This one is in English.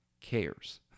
cares